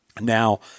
Now